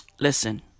listen